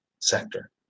sector